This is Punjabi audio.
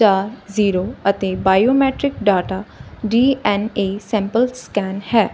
ਚਾਰ ਜ਼ੀਰੋ ਅਤੇ biometric data D N A sample scan ਹੈ